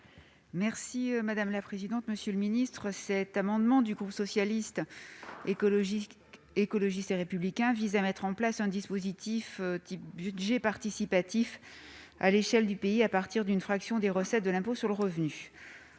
est à Mme Isabelle Briquet. Cet amendement du groupe Socialiste, Écologiste et Républicain vise à mettre en place un dispositif du type « budget participatif » à l'échelon du pays à partir d'une fraction des recettes de l'impôt sur le revenu.